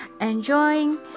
enjoying